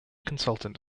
consultant